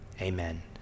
amen